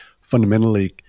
fundamentally